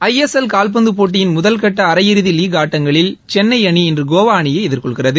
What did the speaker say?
ISL கால்பந்து போட்டியின் முதல்கட்ட அரையிறுதி லீக் ஆட்டங்களில் சென்னை அணி இன்று கோவா அணியை எதிர்கொள்கிறது